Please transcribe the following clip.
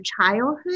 childhood